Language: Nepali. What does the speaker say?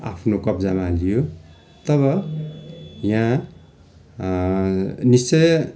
आफ्नो कब्जामा लियो तब यहाँ निश्चय